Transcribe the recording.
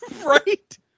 right